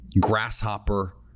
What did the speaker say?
grasshopper